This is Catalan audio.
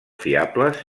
fiables